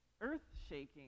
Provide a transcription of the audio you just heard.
earth-shaking